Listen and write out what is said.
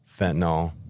fentanyl